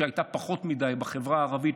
שהייתה פחות מדי נוכחת